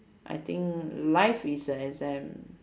I think life is a exam